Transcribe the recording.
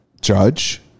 judge